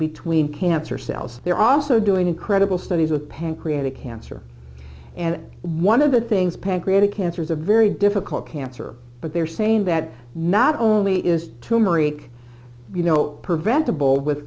between cancer cells they're also doing incredible studies with pancreatic cancer and one of the things pancreatic cancer is a very difficult cancer but they're saying that not only is too marie you know preventable with